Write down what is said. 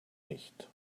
nicht